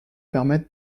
permettre